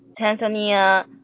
Tanzania